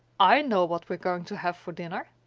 i know what we are going to have for dinner.